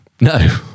No